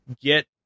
get